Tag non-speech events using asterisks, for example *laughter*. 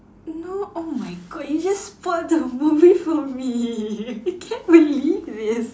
no oh my god you just spoil the movie for me *laughs* I can't believe this